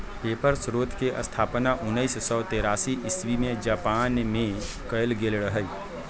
paper स्रोतके स्थापना उनइस सौ तेरासी इस्बी में जापान मे कएल गेल रहइ